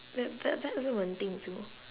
that that that's the one thing so